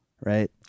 right